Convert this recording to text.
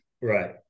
Right